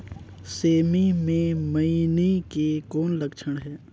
सेमी मे मईनी के कौन लक्षण हे?